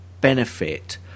benefit